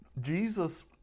Jesus